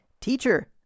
Teacher